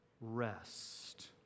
rest